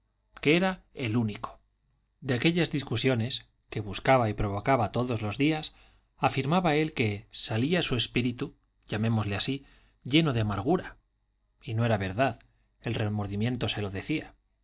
que era el único de aquellas discusiones que buscaba y provocaba todos los días afirmaba él que salía su espíritu llamémosle así lleno de amargura y no era verdad el remordimiento se lo decía lleno de amargura porque en vetusta nadie pensaba se